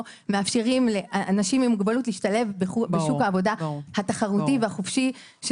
מאפשרים לאנשים עם מוגבלות להשתלב בשוק העבודה התחרותי והחופשי.